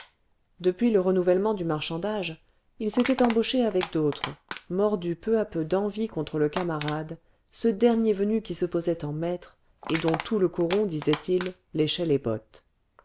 depuis le renouvellement du marchandage il s'était embauché avec d'autres mordu peu à peu d'envie contre le camarade ce dernier venu qui se posait en maître et dont tout le coron disait-il léchait les bottes